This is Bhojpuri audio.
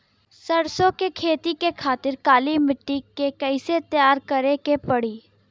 सरसो के खेती के खातिर काली माटी के कैसे तैयार करे के पड़ी?